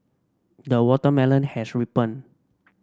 the watermelon has ripened